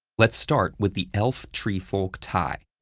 let's start with the elf-treefolk tie.